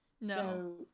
no